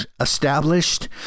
established